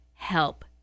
Help